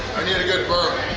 i need a good burp,